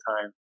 time